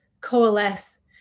coalesce